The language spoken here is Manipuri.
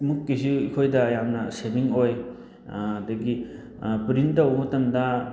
ꯃꯨꯛꯀꯤꯁꯤ ꯑꯩꯈꯣꯏꯗ ꯌꯥꯝꯅ ꯁꯦꯕꯤꯡ ꯑꯣꯏ ꯑꯗꯒꯤ ꯄ꯭ꯔꯤꯟ ꯇꯧꯕ ꯃꯇꯝꯗ